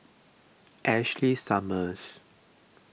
Ashley Summers